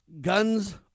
guns